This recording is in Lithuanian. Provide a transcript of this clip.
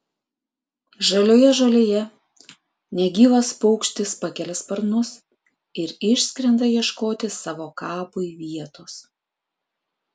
žalioje žolėje negyvas paukštis pakelia sparnus ir išskrenda ieškoti savo kapui vietos